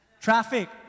Traffic